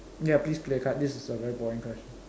ya please play card this is a very boring question